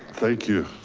thank you.